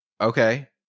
Okay